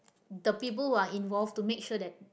the people who are involved to make sure that